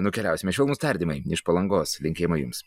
nukeliausime švelnūs tardymai iš palangos linkėjimai jums